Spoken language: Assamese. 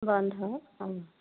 বন্ধ অ